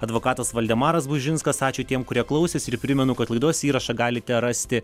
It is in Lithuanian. advokatas valdemaras bužinskas ačiū tiem kurie klausėsi ir primenu kad laidos įrašą galite rasti